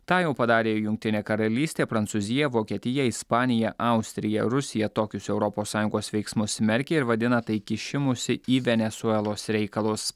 tą jau padarė jungtinė karalystė prancūzija vokietija ispanija austrija rusija tokius europos sąjungos veiksmus smerkia ir vadina tai kišimusi į venesuelos reikalus